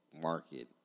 market